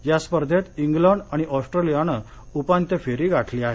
या स्पर्धेत इंग्लंड आणि ऑस्ट्रेलियानं उपान्त्य फेरी गाठली आहे